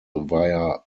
via